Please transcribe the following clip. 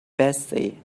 bessie